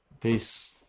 peace